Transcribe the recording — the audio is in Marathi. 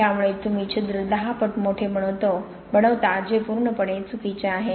त्यामुळे तुम्ही छिद्र 10 पट मोठे बनवता जे पूर्णपणे चुकीचे आहे